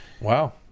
Wow